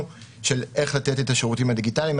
של איך לתת את השירותים הדיגיטליים.